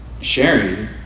sharing